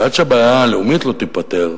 ועד שהבעיה הלאומית לא תיפתר,